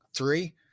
Three